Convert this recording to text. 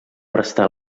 restar